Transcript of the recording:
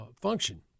function